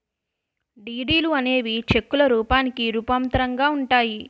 డీడీలు అనేవి చెక్కుల రూపానికి రూపాంతరంగా ఉంటాయి